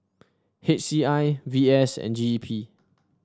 H C I V S and G E P